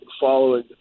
following